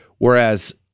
Whereas